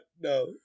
No